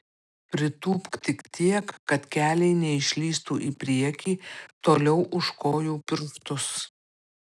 pritūpk tik tiek kad keliai neišlįstų į priekį toliau už kojų pirštus